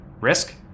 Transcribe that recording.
risk